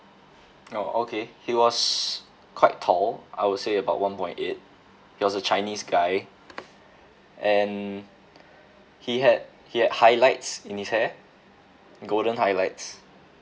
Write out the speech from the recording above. oh okay he was quite tall I would say about one point eight he was a chinese guy and he had he had highlights in his hair golden highlights